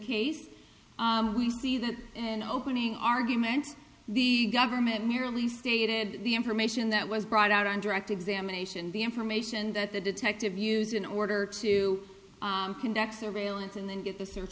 case we see them and opening arguments the government merely stated the information that was brought out on direct examination the information that the detective used in order to conduct surveillance and then get the search